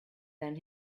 than